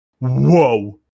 whoa